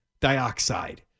dioxide